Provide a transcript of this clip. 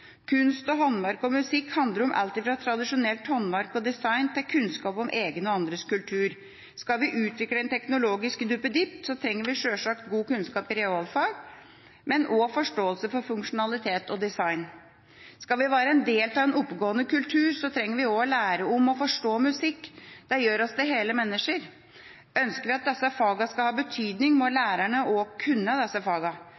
Kunst- og håndverksfaget og musikkfaget handler om alt fra tradisjonelt håndverk og design til kunnskap om egen og andres kultur. Skal vi utvikle en teknologisk duppeditt, trenger vi sjølsagt god kunnskap i realfag, men også forståelse for funksjonalitet og design. Skal vi være en del av en oppegående kultur, trenger vi også å lære om og forstå musikk. Det gjør oss til hele mennesker. Ønsker vi at disse fagene skal ha betydning, må